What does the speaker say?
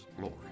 Lord